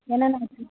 என்னென்ன அரிசி